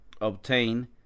obtain